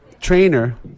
trainer